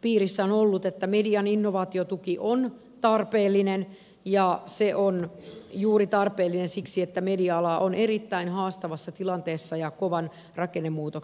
piirissä on ollut että median innovaatiotuki on tarpeellinen ja se on tarpeellinen juuri siksi että media ala on erittäin haastavassa tilanteessa ja kovan rakennemuutoksen kourissa